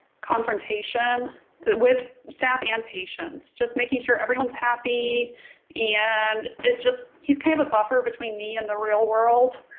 confrontation with staff and patients just making sure everyone's happy and it just he's kind of a buffer between me and the real world